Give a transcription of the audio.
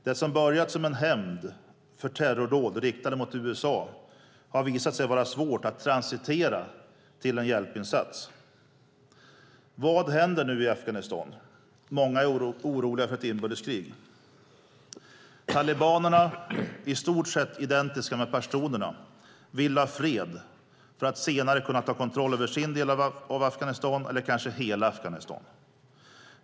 Det som börjat som en hämnd för terrordåd riktade mot USA har visat sig vara svårt att transitera till en hjälpinsats. Vad händer nu i Afghanistan? Många är oroliga för ett inbördeskrig. Talibanerna, i stort sett identiska med pashtunerna, vill ha fred för att senare kunna ta kontroll över sin del av Afghanistan eller kanske hela Afghanistan.